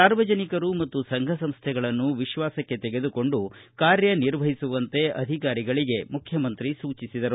ಸಾರ್ವಜನಿಕರು ಮತ್ತು ಸಂಘಸಂಸ್ಟೆಗಳನ್ನು ವಿಶ್ವಾಸಕ್ಕೆ ತೆಗೆದುಕೊಂಡು ಕಾರ್ಯನಿರ್ವಹಿಸುವಂತೆ ಮುಖ್ಯಮಂತ್ರಿ ಸೂಚಿಸಿದರು